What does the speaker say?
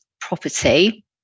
property